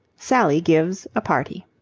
sally gives a party